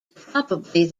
probably